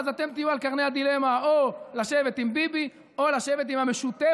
ואז אתם תהיו על קרני הדילמה: או לשבת עם ביבי או לשבת עם המשותפת,